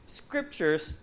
scriptures